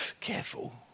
careful